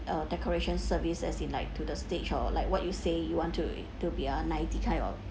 uh decoration service as in like to the stage or like what you say you want to it to be a ninety kind of